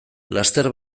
laster